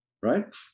right